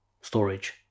storage